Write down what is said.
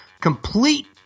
complete